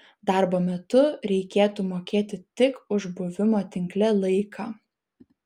darbo metu reikėtų mokėti tik už buvimo tinkle laiką